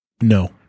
No